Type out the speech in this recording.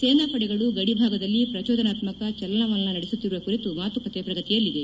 ಸೇನಾಪಡೆಗಳು ಗಡಿ ಭಾಗದಲ್ಲಿ ಪ್ರಚೋದನಾತ್ಮಕ ಚಲನವಲನ ನಡೆಸುತ್ತಿರುವ ಕುರಿತ ಮಾತುಕತೆ ಪ್ರಗತಿಯಲ್ಲಿದೆ